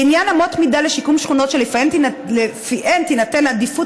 לעניין אמות מידה לשיקום שכונות שלפיהן תינתן עדיפות